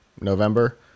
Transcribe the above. November